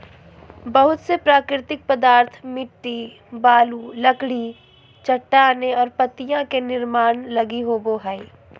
बहुत से प्राकृतिक पदार्थ मिट्टी, बालू, लकड़ी, चट्टानें और पत्तियाँ के निर्माण लगी होबो हइ